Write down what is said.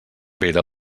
pere